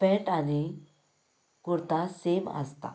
pant आनी kurta same आसता